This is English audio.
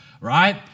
Right